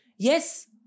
Yes